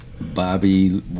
Bobby